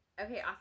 Okay